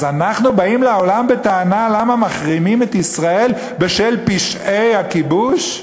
אז אנחנו באים לעולם בטענה למה מחרימים את ישראל בשל פשעי הכיבוש?